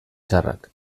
txarrak